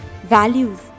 values